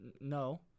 No